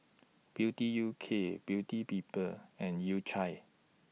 Beauty U K Beauty People and U Cha